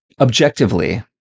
objectively